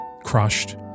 crushed